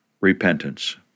repentance